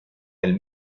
del